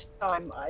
time